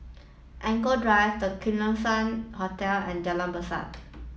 Anchorvale Drive The Keong Saik Hotel and Jalan Besut